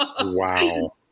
wow